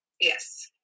Yes